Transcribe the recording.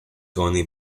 tony